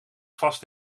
vast